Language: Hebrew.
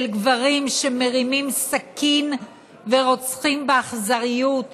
גברים שמרימים סכין ורוצחים באכזריות נשים,